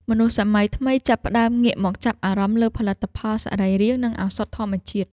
មនុស្សសម័យថ្មីចាប់ផ្តើមងាកមកចាប់អារម្មណ៍លើផលិតផលសរីរាង្គ និងឱសថធម្មជាតិ។